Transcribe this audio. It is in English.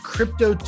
Crypto